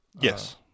yes